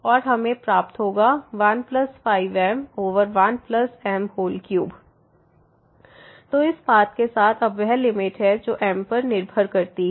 और हमें प्राप्त होगा 15m1m3 तो इस पाथ के साथ अब वह लिमिट है जो m पर निर्भर करती है